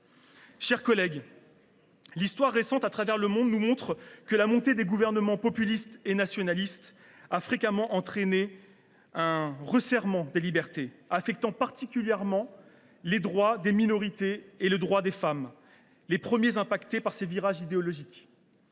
chers collègues, l’histoire récente à travers le monde nous montre que la montée des gouvernements populistes et nationalistes a fréquemment entraîné un resserrement des libertés, affectant particulièrement les droits des minorités et des femmes, qui sont les premiers à être affectés par ces virages idéologiques.